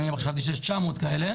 אני חשבתי שיש 900 כאלה,